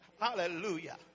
Hallelujah